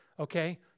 Okay